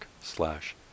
slash